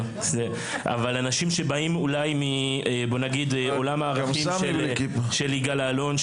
אבל אנשים שבאים אולי מעולם הערכים של יגאל אלון,